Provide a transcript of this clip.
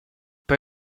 per